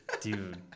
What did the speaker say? Dude